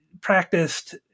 practiced